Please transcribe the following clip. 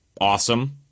awesome